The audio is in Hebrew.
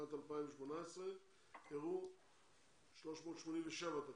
בשנת 2018 אירעו 387 תקריות.